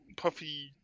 Puffy